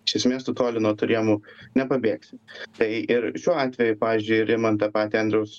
iš esmės tu toli nuo tų rėmų nepabėgsi tai ir šiuo atveju pavyzdžiui ir imant tą patį andriaus